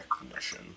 recognition